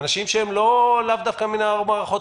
אנשים שהם לאו דווקא מן המערכות.